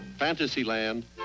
Fantasyland